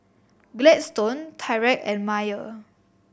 Gladstone Tyrek and Maia